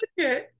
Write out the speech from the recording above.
Okay